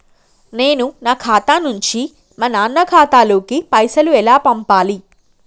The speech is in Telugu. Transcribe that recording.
నేను నా ఖాతా నుంచి మా నాన్న ఖాతా లోకి పైసలు ఎలా పంపాలి?